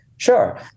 Sure